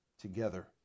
together